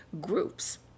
groups